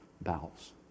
bowels